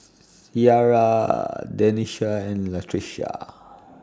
Ciara Denisha and Latricia